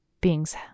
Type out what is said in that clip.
beings